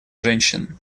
женщин